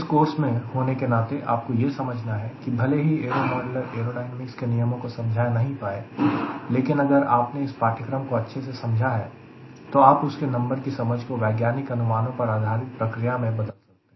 इस कोर्स में होने के नाते आपको यह समझना है की भले ही एरो मॉडलर एयरोडायनेमिक्स के नियमों को समझा नहीं पाए लेकिन अगर आपने इस पाठ्यक्रम को अच्छे से समझा है तो आप उसके नंबर की समझ को वैज्ञानिक अनुमानों पर आधारित प्रक्रिया में तब्दील कर सकते हैं